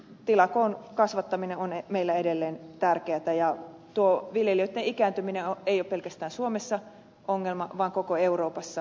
tilakoon kasvattaminen on meillä edelleen tärkeätä ja tuo viljelijöiden ikääntyminen ei ole pelkästään suomessa ongelma vaan koko euroopassa